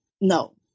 No